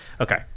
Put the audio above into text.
Okay